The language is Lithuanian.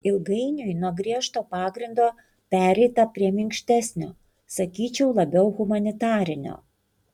ilgainiui nuo griežto pagrindo pereita prie minkštesnio sakyčiau labiau humanitarinio